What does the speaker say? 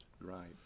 Right